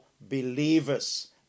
believers